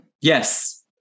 Yes